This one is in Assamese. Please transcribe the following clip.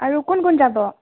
আৰু কোন কোন যাব